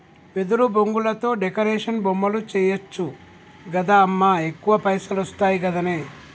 వెదురు బొంగులతో డెకరేషన్ బొమ్మలు చేయచ్చు గదా అమ్మా ఎక్కువ పైసలొస్తయి గదనే